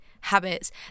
habits